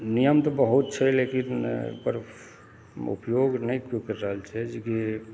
नियम तऽ बहुत छै लेकिन ओकर उपयोग नहि केओ कए रहल छै जेकि